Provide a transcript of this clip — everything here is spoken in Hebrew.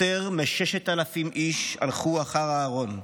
יותר מ-6,000 איש הלכו אחר הארון,